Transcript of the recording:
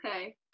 Okay